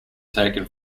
taken